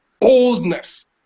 boldness